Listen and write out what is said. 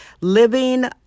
living